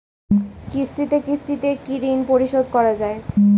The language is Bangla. কিস্তিতে কিস্তিতে কি ঋণ পরিশোধ করা য়ায়?